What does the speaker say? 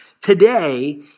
today